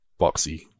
boxy